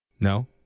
No